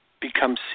become